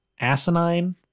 asinine